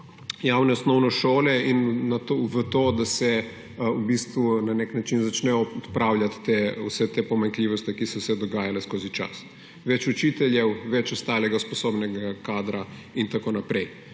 javne osnovne šole in v to, da se v bistvu na nek način začne odpravljati vse te pomanjkljivosti, ki so se dogajale skozi čas: več učiteljev, več ostalega sposobnega kadra itn.